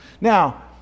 Now